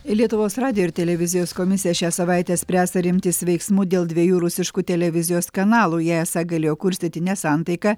lietuvos radijo ir televizijos komisija šią savaitę spręs ar imtis veiksmų dėl dviejų rusiškų televizijos kanalų jie esą galėjo kurstyti nesantaiką